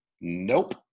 nope